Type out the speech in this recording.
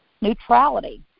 neutrality